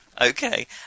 okay